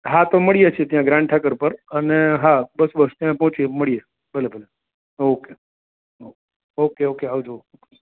હા તો મળીએ છીએ ત્યાં ગ્રાન્ડ ઠાકર પર અને હા બસ બસ ત્યાં પોચીએ મળીએ ભલે ભલે ઓકે ઓકે ઓકે ઓકે આવજો